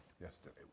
yesterday